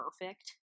perfect